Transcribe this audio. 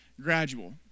gradual